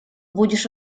будешь